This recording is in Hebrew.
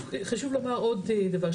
חשוב לומר עוד דבר,